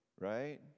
right